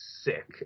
sick